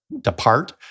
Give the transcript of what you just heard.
depart